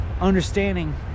understanding